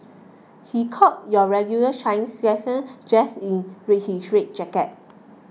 he caught your regular Chinese lesson dressed in his red jacket